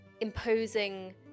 imposing